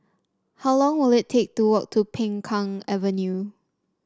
how long will it take to walk to Peng Kang Avenue